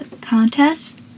contest